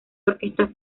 orquesta